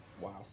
wow